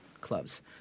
clubs